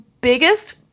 biggest